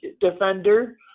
defender